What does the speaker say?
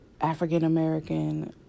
African-American